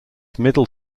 middle